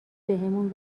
بهمون